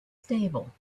stable